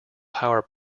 power